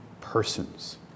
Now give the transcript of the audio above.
persons